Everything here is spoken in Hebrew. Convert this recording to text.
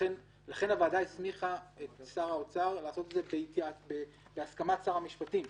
לכן הוועדה הסמיכה את שר האוצר לעשות את זה בהסכמת שר המשפטים.